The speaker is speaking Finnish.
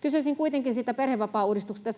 Kysyisin kuitenkin siitä perhevapaauudistuksesta: